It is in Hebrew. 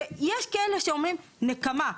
ויש כאלה שאומרים "נקמה".